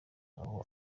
aho